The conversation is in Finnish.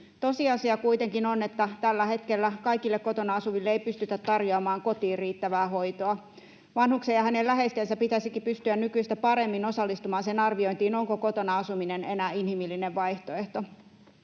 Tosiasia kuitenkin on, että tällä hetkellä kaikille kotona asuville ei pystytä tarjoamaan kotiin riittävää hoitoa. Vanhuksen ja hänen läheistensä pitäisikin pystyä nykyistä paremmin osallistumaan sen arviointiin, onko kotona asuminen enää inhimillinen vaihtoehto.